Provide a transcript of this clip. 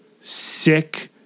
sick